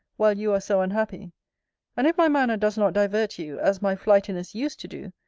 while you are so unhappy and if my manner does not divert you, as my flightiness used to do,